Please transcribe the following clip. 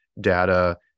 data